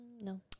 No